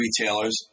retailers